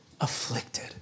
afflicted